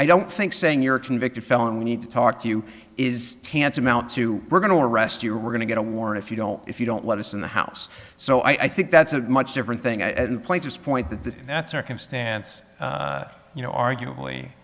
i don't think saying you're a convicted felon we need to talk to you is tantamount to we're going to arrest you we're going to get a warrant if you don't if you don't let us in the house so i think that's a much different thing and place this point that this that circumstance you know arguably